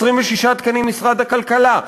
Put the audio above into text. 26 תקנים ממשרד הכלכלה,